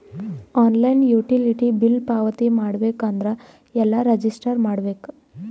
Online utility bill ಪಾವತಿ ಮಾಡಬೇಕು ಅಂದ್ರ ಎಲ್ಲ ರಜಿಸ್ಟರ್ ಮಾಡ್ಬೇಕು?